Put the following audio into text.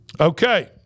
okay